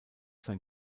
sein